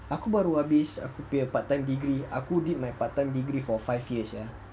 aku baru habis aku punya part-time degree aku did my part-time degree for five years